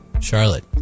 Charlotte